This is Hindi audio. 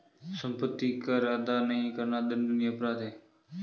सम्पत्ति कर अदा नहीं करना दण्डनीय अपराध है